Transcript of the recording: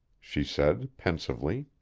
she said pensively.